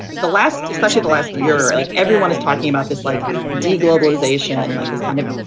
the last especially the last year or like everyone is talking about this like d globalization, like this kind of,